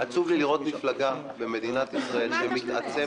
עצוב לי לראות מפלגה במדינת ישראל שמתעצמת,